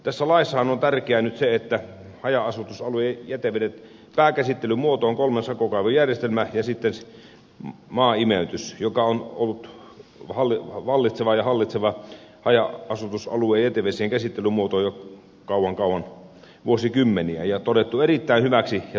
tässä laissahan on tärkeää nyt se että haja asutusalueiden jätevesien pääkäsittelymuoto on kolmen sakokaivon järjestelmä ja maaimeytys joka on ollut vallitseva ja hallitseva haja asutusalueiden jätevesien käsittelymuoto jo kauan kauan vuosikymmeniä ja todettu erittäin hyväksi ja toimivaksi